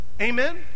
Amen